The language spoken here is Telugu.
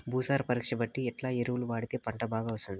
భూసార పరీక్ష బట్టి ఎట్లా ఎరువులు వాడితే పంట బాగా వస్తుంది?